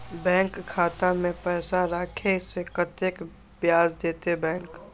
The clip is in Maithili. बैंक खाता में पैसा राखे से कतेक ब्याज देते बैंक?